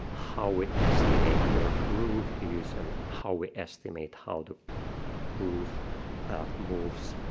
how we estimate where the groove is and how we estimate how the groove moves